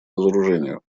разоружению